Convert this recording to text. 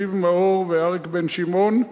זיו מאור ואריק בן-שמעון,